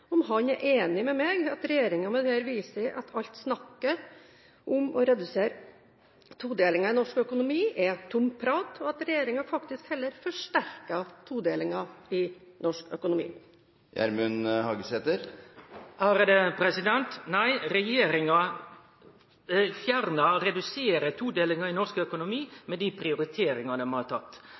om han er enig med meg i at regjeringen med dette viser at alt snakket om å redusere todelingen i norsk økonomi er tomt prat, og at regjeringen faktisk heller forsterker todelingen i norsk økonomi. Nei, regjeringa reduserer todelinga i norsk økonomi med dei prioriteringane vi har tatt.